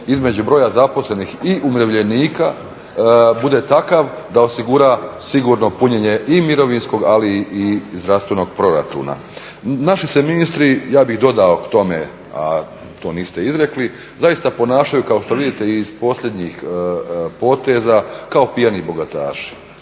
između broja zaposlenih i umirovljenika bude takav da osigura sigurno punjenje i mirovinskog, ali i zdravstvenog proračuna. Naši se ministri, ja bih dodao k tome, a to niste izrekli, zaista ponašaju kao što vidite i iz posljednjih poteza, kao pijani bogataši.